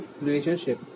relationship